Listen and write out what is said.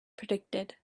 predicted